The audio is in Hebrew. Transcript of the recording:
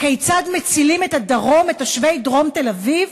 כיצד מצילים את הדרום, את תושבי דרום תל-אביב?